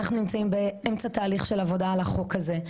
אנחנו נמצאים באמצע תהליך של עבודה על החוק הזה,